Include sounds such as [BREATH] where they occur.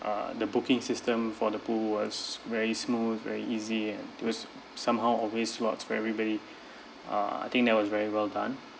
uh the booking system for the pool was very smooth very easy and it was somehow always what's very bay [BREATH] uh I think that was very well done